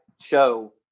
show